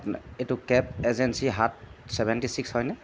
এইটো cab agency সাত seventy six হয়নে